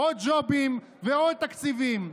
עוד ג'ובים ועוד תקציבים,